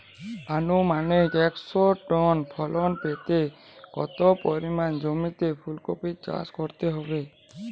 আনুমানিক একশো টন ফলন পেতে কত পরিমাণ জমিতে ফুলকপির চাষ করতে হবে?